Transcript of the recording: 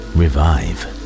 revive